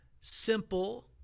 simple